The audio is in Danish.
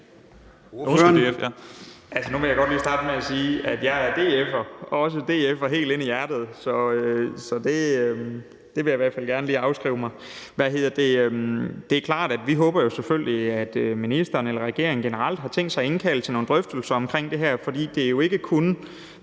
Nu vil jeg godt lige starte med at sige, at jeg er DF'er, også DF'er helt ind i hjertet, så det andet vil jeg i hvert fald gerne lige afskrive mig. Det er selvfølgelig klart, at vi håber, at ministeren eller regeringen generelt har tænkt sig at indkalde til nogle drøftelser omkring det her, for det er jo ikke kun